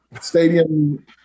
Stadium